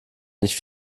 nicht